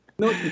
No